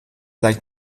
der